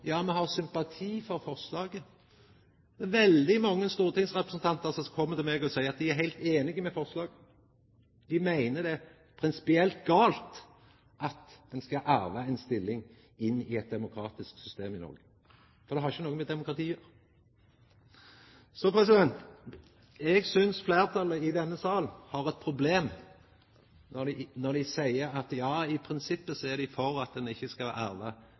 Me har sympati for forslaget. Det er veldig mange stortingsrepresentantar som kjem til meg og seier at dei er heilt einige i forslaget. Dei meiner det er prinsipielt feil at ein skal arva ei stilling inn i eit demokratisk system i Noreg. Det har ikkje noko med demokrati å gjera. Eg synest fleirtalet i denne salen har eit problem når dei seier at ja, i prinsippet er dei for at ein ikkje skal